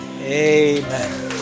Amen